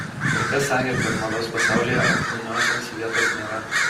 ir kas sakė kad mados pasaulyje apkūniosioms vietos nėra